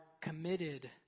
committed